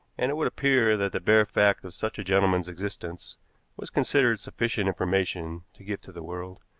and it would appear that the bare fact of such a gentleman's existence was considered sufficient information to give to the world,